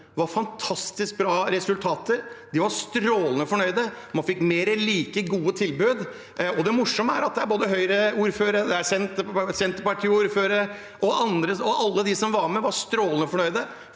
det, fantastisk bra resultater. De var strålende fornøyde. Man fikk mer like gode tilbud. Det morsomme er at både Høyre-ordførere, Senterparti-ordførere og alle de som var med, var strålende fornøyde